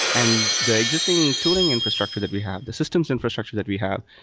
and the existing tooling infrastructure that we have, the systems infrastructure that we have,